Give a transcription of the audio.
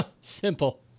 Simple